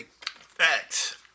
Facts